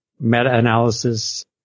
meta-analysis